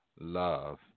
love